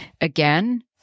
again